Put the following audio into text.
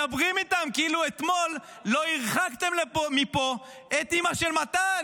מדברים איתן כאילו אתמול לא הרחקתם מפה את אימא של מתן,